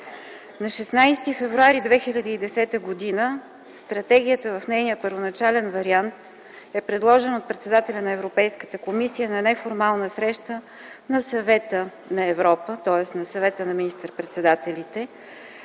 На 16 февруари 2010 г. Стратегията в нейния първоначален вариант е предложена от председателя на Европейската комисия на неформална среща на Съвета на Европа, тоест на Съвета на министър-председателите,